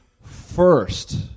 first